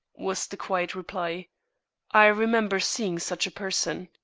was the quiet reply i remember seeing such a person.